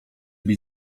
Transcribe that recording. byś